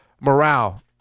morale